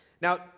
Now